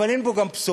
אבל אין בו גם בשורות.